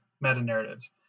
meta-narratives